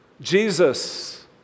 Jesus